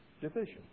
division